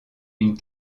une